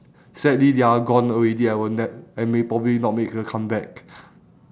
sadly they are gone already and will ne~ and will probably not make a comeback